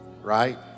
Right